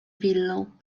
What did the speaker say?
willą